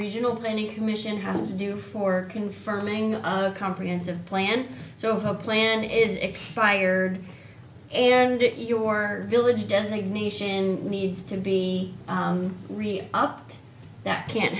regional twenty commission has to do for confirming a comprehensive plan so if a plan is expired errand it your village designation needs to be really up that can't